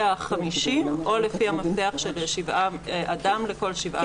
50 או לפי המפתח של אדם לכל שבעה מ"ר.